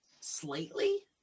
slightly